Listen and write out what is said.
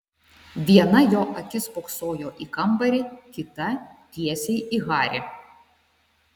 viena jo akis spoksojo į kambarį kita tiesiai į harį